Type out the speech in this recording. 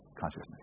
consciousness